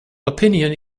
opinion